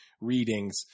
readings